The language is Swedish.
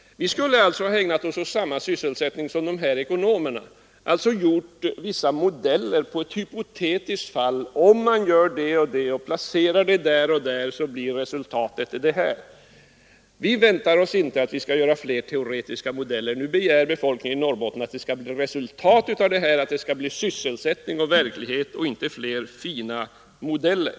Vi skulle alltså ha ägnat oss åt samma sysselsättning som ekonomerna och gjort upp fina modeller på ett hypotetiskt fall och sagt att om man gör så och så och planerar på det och det sättet, så blir resultatet det och det. Men vi vill inte ha fler teoretiska modeller, utan vad befolkningen i Norrbotten nu begär är resultat och sysselsättningstillfällen, inte fler fina modeller.